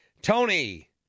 tony